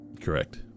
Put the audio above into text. Correct